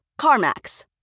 CarMax